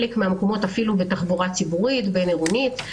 ובחלק מהמקומות אפילו בתחבורה ציבורית בין-עירונית.